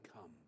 come